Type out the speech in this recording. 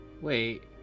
Wait